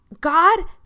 God